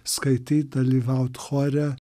skaityt dalyvaut chore